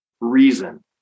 reason